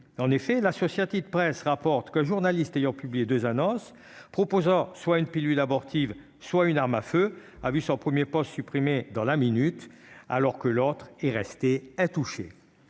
en effet l'associatif de presse rapporte que le journaliste ayant publié 2 annonces proposant soit une pilule abortive soit une arme à feu, a vu son 1er poste supprimé dans la minute, alors que l'autre est resté à toucher